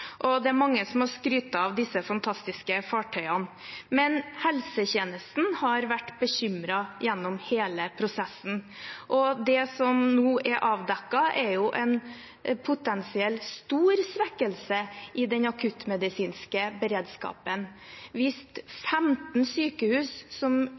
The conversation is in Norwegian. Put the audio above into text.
og det er mange som har skrytt av disse fantastiske fartøyene. Men helsetjenesten har vært bekymret gjennom hele prosessen, og det som nå er avdekket, er en potensielt stor svekkelse i den akuttmedisinske beredskapen. Hvis 15 sykehus som